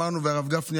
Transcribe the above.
הרב גפני,